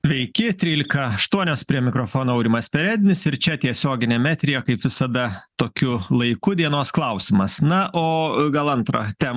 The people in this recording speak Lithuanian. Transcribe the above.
sveiki trylika aštuonios prie mikrofono aurimas perednis ir čia tiesioginiam eteryje kaip visada tokiu laiku dienos klausimas na o gal antrą temą